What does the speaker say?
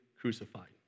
crucified